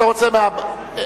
אני מבקש לדבר מהדוכן.